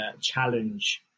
challenge